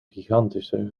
gigantische